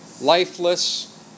lifeless